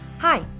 Hi